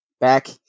back